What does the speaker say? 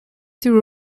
through